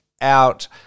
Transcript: out